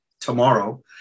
tomorrow